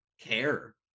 care